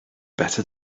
better